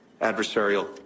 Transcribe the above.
adversarial